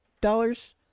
dollars